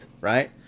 right